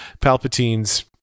Palpatine's